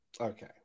Okay